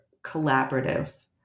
collaborative